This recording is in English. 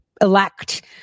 elect